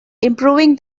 improving